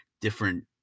different